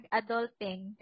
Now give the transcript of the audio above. adulting